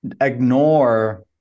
ignore